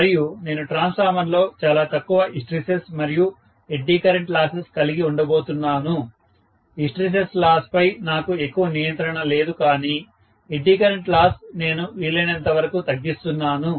మరియు నేను ట్రాన్స్ఫార్మర్లో చాలా తక్కువ హిస్టెరిసిస్ మరియు ఎడ్డీ కరెంట్ లాసెస్ కలిగి ఉండబోతున్నాను హిస్టెరిసిస్ లాస్ పై నాకు ఎక్కువ నియంత్రణ లేదు కానీ ఎడ్డీ కరెంట్ లాస్ నేను వీలైనంత వరకు తగ్గిస్తున్నాను